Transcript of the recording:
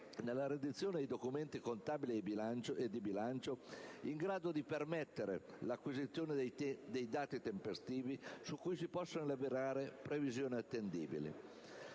nella redazione dei documenti contabili e di bilancio in grado di permettere l'acquisizione di dati tempestivi su cui si possano fare previsioni attendibili.